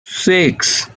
six